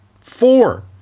four